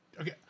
Okay